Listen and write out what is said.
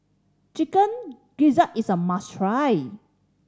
Chicken Gizzard is a must try